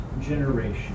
generation